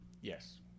Yes